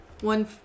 One